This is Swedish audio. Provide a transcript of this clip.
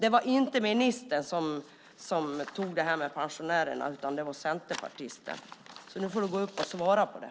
Det var inte ministern som tog upp det där om pensionärerna, utan det var centerpartisten. Nu får hon gå upp och svara på det.